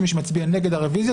מי שמצביע נגד הרביזיה,